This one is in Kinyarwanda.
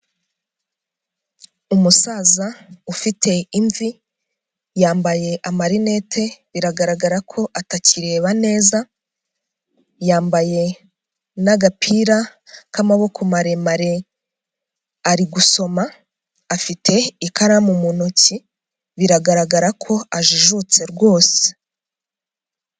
Umusaza ufite imvi, yambaye amarinete, biragaragara ko atakireba neza, yambaye n'agapira k'amaboko maremare, ari gusoma, afite ikaramu mu ntoki, biragaragara ko ajijutse rwose.